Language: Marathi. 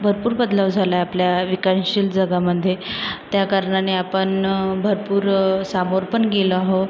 भरपूर बदलाव झालाय आपल्या विकानशील जगामध्ये त्या कारणाने आपण भरपूर सामोर पण गेलो आहो